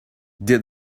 did